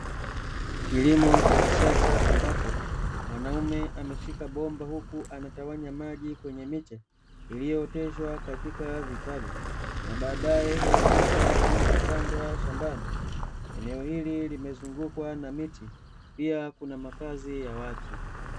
Kilimo cha kisasa ambapo mwanaume ameshika bomba huku anatawanya maji kwenye miche iliyooteshwa katika vitalu, na baadae huhamishwa ili kupandwa shambani. Eneo hili limezungukwa na miti pia kuna makazi ya watu.